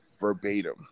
verbatim